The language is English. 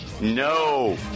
No